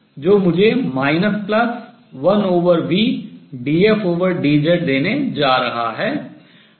जो मुझे 1vdfdz देने जा रहा है